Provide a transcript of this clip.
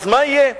אז מה יהיה?